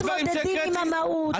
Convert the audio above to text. אתם לא מתמודדים עם המהות.